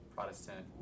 Protestant